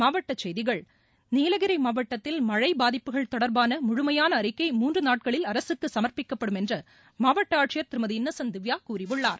மாவட்டச் செய்திகள் நீலகிரி மாவட்டத்தில் மழை பாதிப்புகள் தொடர்பான முழுமையான அறிக்கை மூன்று நாட்களில் அரசுக்கு சமர்ப்பிக்கப்படும் என்று மாவட்ட ஆட்சியர் திருமதி இன்னசென்ட் திவ்யா கூறியுள்ளார்